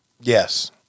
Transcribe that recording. Yes